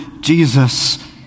Jesus